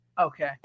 okay